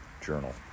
journal